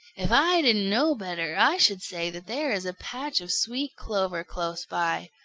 if i didn't know better, i should say that there is a patch of sweet clover close by.